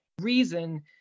reason